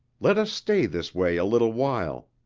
let us stay this way a little while.